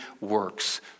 works